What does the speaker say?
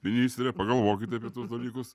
ministre pagalvokit apie tuos dalykus